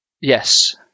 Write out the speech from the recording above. yes